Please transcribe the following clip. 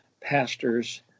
pastors